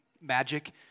magic